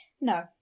No